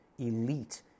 elite